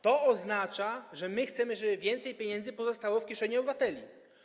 To oznacza, że chcemy, żeby więcej pieniędzy pozostało w kieszeni obywateli.